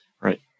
Right